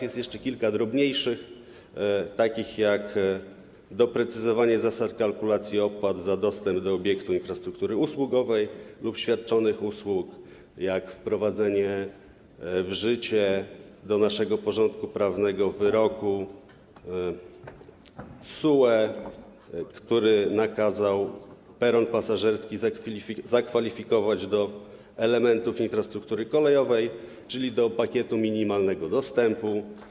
Jest jeszcze kilka drobniejszych spraw, takich jak doprecyzowanie zasad kalkulacji opłat za dostęp do obiektów infrastruktury usługowej lub świadczonych usług, wprowadzenie w życie do naszego porządku prawnego wyroku TSUE, który nakazał peron pasażerski zakwalifikować do elementów infrastruktury kolejowej, czyli do pakietu minimalnego dostępu.